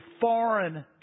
foreign